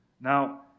Now